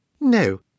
No